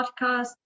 podcast